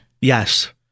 Yes